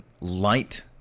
light